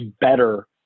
better